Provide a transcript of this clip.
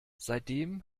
seitdem